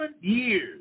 years